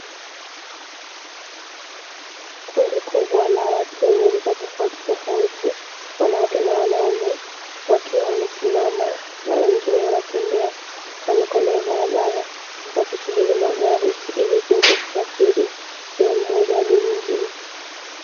Kundi kubwa la watu wenye rika tofautitofauti, wanawake na wanaume, wakiwa wamesimama na wengine wanatembea kandokando ya barabara, wakisubiri magari ili kuweza kusafiri sehemu moja hadi nyingine.